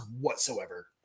whatsoever